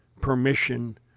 permission